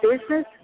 business